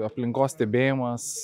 aplinkos stebėjimas